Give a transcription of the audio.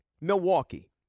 Milwaukee